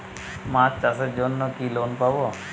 মাছ চাষের জন্য কি লোন পাব?